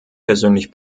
persönlich